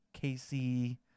casey